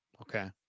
Okay